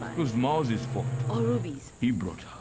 was miles's fault. or rubies he brought